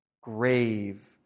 grave